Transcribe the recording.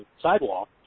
sidewalk